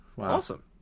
awesome